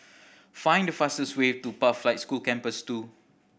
find the fastest way to Pathlight School Campus Two